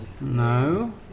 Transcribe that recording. No